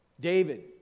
David